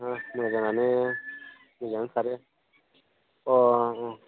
मोजाङानो मोजाङानो खारो अ अ अ